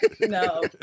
No